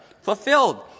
fulfilled